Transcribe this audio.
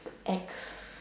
ex